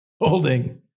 Holding